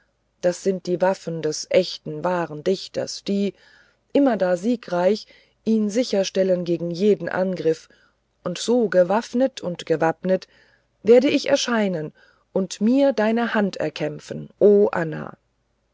das sind die waffen des echten wahren dichters die immerdar siegreich ihn sicherstellen gegen jeden angriff und so gewaffnet und gewappnet werde ich erscheinen und mir deine hand erkämpfen o anna